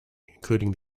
including